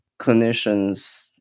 clinicians